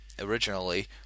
originally